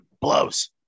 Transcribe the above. blows